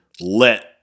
let